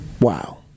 Wow